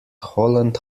holland